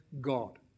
God